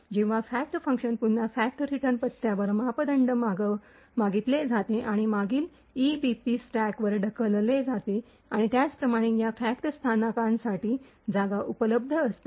जेव्हा fact function पुन्हा fact return पत्त्यावर मापदंड मागितले जाते आणि मागील ईबीपी स्टॅकवर ढकलले जाते आणि त्याचप्रमाणे या फॅक्ट स्थानिकांसाठी जागा उपलब्ध असते